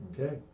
Okay